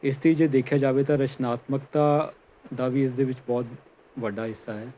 ਇਸ ਦੀ ਜੇ ਦੇਖਿਆ ਜਾਵੇ ਤਾਂ ਰਸ਼ਨਾਤਮਕਤਾ ਦਾ ਵੀ ਇਸ ਦੇ ਵਿੱਚ ਬਹੁਤ ਵੱਡਾ ਹਿੱਸਾ ਹੈ